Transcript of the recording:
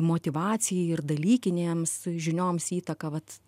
motyvacijai ir dalykinėms žinioms įtaka vat